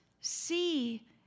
see